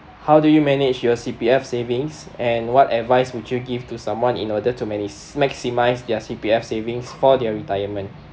how do you manage your C_P_F savings and what advice would you give to someone in order to man~ maximize their C_P_F savings for their retirement